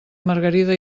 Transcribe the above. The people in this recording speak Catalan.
margarida